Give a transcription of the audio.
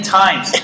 times